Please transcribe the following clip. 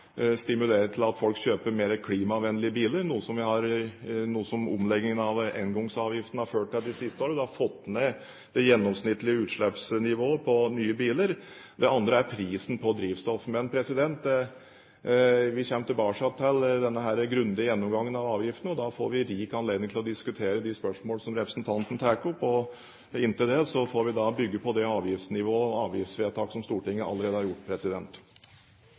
til at folk kjøper mer klimavennlige biler, noe som omleggingen av engangsavgiften har ført til de siste årene – det har fått ned det gjennomsnittlige utslippsnivået for nye biler. Det andre er prisen på drivstoff. Men vi kommer tilbake til denne grundige gjennomgangen av avgiftene, og da får vi rik anledning til å diskutere de spørsmål som representanten tar opp. Inntil da får vi bygge på det avgiftsnivået vi har, og de avgiftsvedtak som Stortinget allerede har gjort.